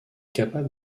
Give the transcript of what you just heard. capable